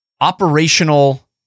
operational